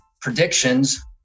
predictions